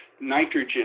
nitrogen